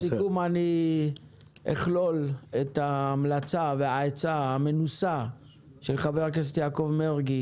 בסיכום אני אכלול את ההמלצה והעצה המנוסה של חבר הכנסת יעקב מרגי.